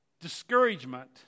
discouragement